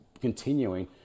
continuing